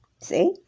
See